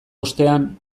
ostean